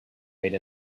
made